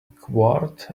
quart